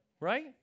Right